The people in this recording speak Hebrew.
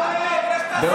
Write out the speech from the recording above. תחפש את,